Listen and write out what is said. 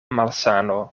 malsano